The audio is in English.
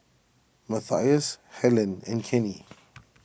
Matthias Helyn and Kenny